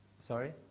Sorry